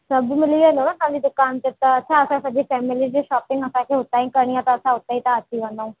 सभु मिली वेंदव तव्हांजी दुकान ते त असां असांजी सॼी फ़ैमिली जी शॉपिंग असांखे हुतां ई करणी आहे त असां हुते ई था अची वञूं